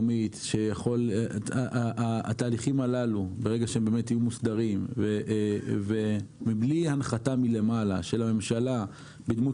כאשר התהליכים הללו יהיו מוסדרים ובלי הנחתה מלמעלה של הממשלה בדמות